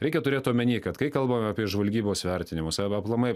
reikia turėt omeny kad kai kalbam apie žvalgybos vertinimus arba aplamai